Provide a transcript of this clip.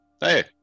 Hey